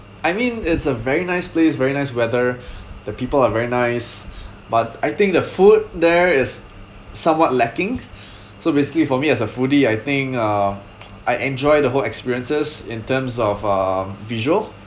I mean it's a very nice place very nice weather the people are very nice but I think the food there is somewhat lacking so basically for me as a foodie I think uh I enjoy the whole experiences in terms of um visual